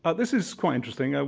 ah this is quite interesting.